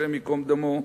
השם ייקום דמו,